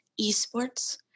esports